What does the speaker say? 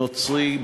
נוצרי,